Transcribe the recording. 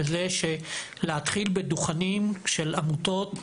בלהתחיל בדוכנים של עמותות,